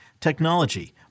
technology